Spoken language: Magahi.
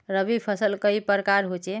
रवि फसल कई प्रकार होचे?